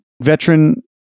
veteran